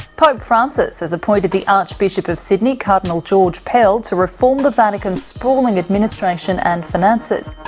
pope francis has appointed the archbishop of sydney, cardinal george pell, to reform the vatican's sprawling administration and finances.